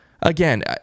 Again